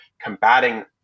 combating